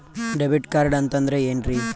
Debit card ಅಂತಂದ್ರೆ ಏನ್ರೀ?